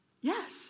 Yes